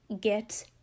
get